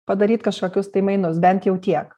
padaryt kažkokius tai mainus bent jau tiek